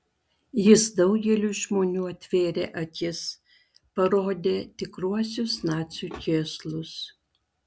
jis daugeliui žmonių atvėrė akis parodė tikruosius nacių kėslus